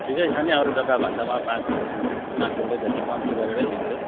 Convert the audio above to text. ठिकै छ नि अरू जग्गाभन्दा म पाँच पाँच रुपियाँ जति कम्ती गरेरै दिन्छु